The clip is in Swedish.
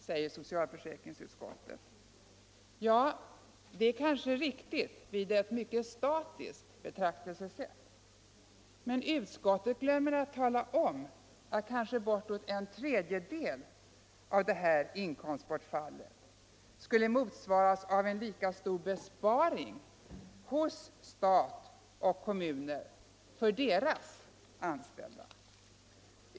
Med ett mycket statiskt betraktelsesätt är detta kanske riktigt, men utskottet glömmer att tala om att kanske bortåt en tredjedel av detta inkomstbortfall skulle motsvaras av en lika stor besparing hos stat och kommuner för deras anställda.